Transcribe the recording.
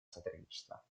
сотрудничества